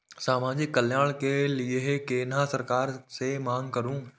समाजिक कल्याण के लीऐ केना सरकार से मांग करु?